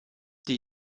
die